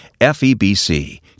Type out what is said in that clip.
FEBC